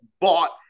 bought